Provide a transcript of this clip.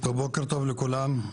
בוקר טוב לכולם,